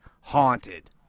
haunted